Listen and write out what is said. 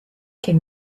can